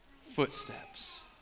footsteps